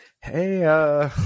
hey